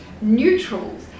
neutrals